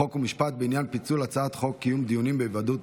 חוק ומשפט בעניין פיצול הצעת חוק קיום דיונים בהיוועדות